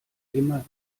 immer